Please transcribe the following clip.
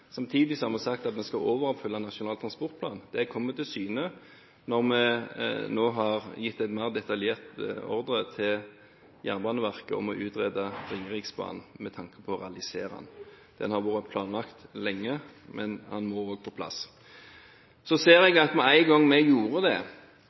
Samtidig har vi sagt at vi skal overoppfylle Nasjonal transportplan. Det kommer til syne når vi nå har gitt en mer detaljert ordre til Jernbaneverket om å utvide Ringeriksbanen med tanke på å realisere den. Den har vært planlagt lenge, men den må også på plass. Jeg ser